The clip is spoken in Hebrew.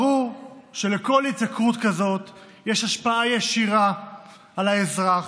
ברור שלכל התייקרות כזאת יש השפעה ישירה על האזרח,